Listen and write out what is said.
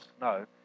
no